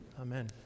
amen